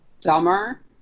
dumber